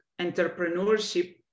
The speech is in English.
entrepreneurship